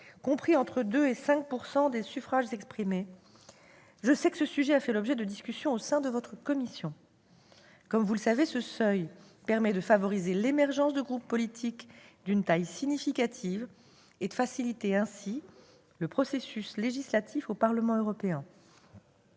compris entre 2 % et 5 % des suffrages exprimés- ce sujet a fait l'objet de discussions au sein de votre commission. Comme vous le savez, ce seuil permet de favoriser l'émergence de groupes politiques d'une taille significative et de faciliter ainsi le processus législatif au Parlement européen.